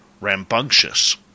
rambunctious